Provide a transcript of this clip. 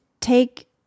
take